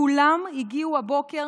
כולם הגיעו הבוקר